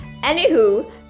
anywho